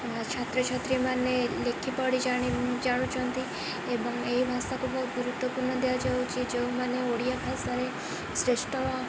ଛାତ୍ରଛାତ୍ରୀମାନେ ଲେଖି ପଢ଼ି ଜାଣୁଛନ୍ତି ଏବଂ ଏହି ଭାଷାକୁ ବହୁତ ଗୁରୁତ୍ୱ ଦିଆଯାଉଛି ଯେଉଁମାନେ ଓଡ଼ିଆ ଭାଷାରେ ଶ୍ରେଷ୍ଠ